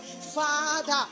Father